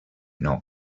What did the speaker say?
not